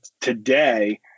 today